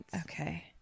Okay